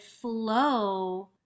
flow